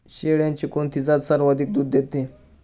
शेळ्यांची कोणती जात सर्वाधिक दूध देते?